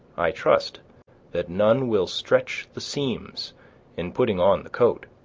i trust that none will stretch the seams in putting on the coat,